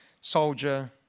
soldier